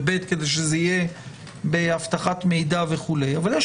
ובי"ת כדי שזה יהיה באבטחת מידע וכו' אבל יש